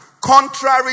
contrary